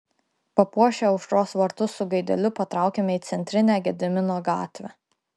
papuošę aušros vartus su gaideliu patraukėme į centrinę gedimino gatvę